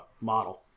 model